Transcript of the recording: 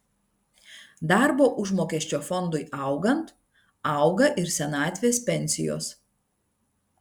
darbo užmokesčio fondui augant auga ir senatvės pensijos